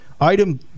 item